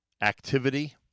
activity